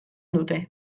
dute